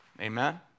Amen